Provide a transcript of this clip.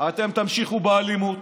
אתם תמשיכו באלימות,